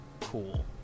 cool